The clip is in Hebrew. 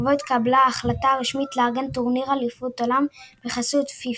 ובו התקבלה ההחלטה הרשמית לארגן טורניר אליפות עולם בחסות פיפ"א.